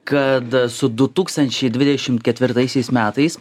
kad su du tūkstančiai dvidešimt ketvirtaisiais metais